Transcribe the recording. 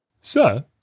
sir